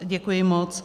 Děkuji moc.